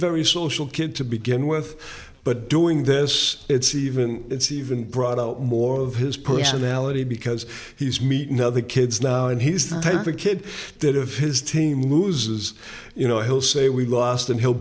very social kid to begin with but doing this it's even it's even brought out more of his personality because he's meeting other kids now and he's the type of kid that of his team oozes you know he'll say we lost and he'll